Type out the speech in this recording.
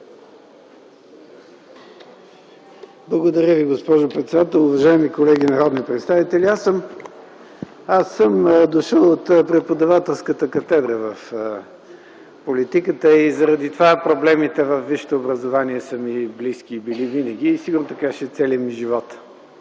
Благодаря Ви, госпожо председател. Уважаеми колеги народни представители! Аз съм дошъл от преподавателската катедра в политиката и заради това проблемите във висшето образование са ми били близки винаги и сигурно така ще е през